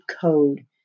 code